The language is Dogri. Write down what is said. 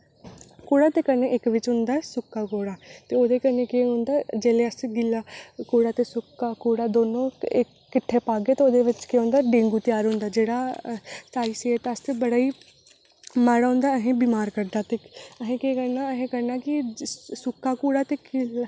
चौल बी बनी गे राजमां बी बनी गे ते में मेरा इक्क कम्म होइया पूरा ते में केह् कीता फटाफट आटा छानेआ ते गुन्नेआ ते आटा छानियै गुन्नेआ ते उसी रक्खी लेआ थोह्ड़े आस्तै ते साढ़े बिच एह् होंदा कि जेल्लै असें खमीरे बनाने होंदे ते थोह्ड़े इक्क दौ घैंटे आस्तै रक्खना पौंदा साईड बिच ते में उसी रक्खेआ ते